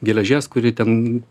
geležies kuri ten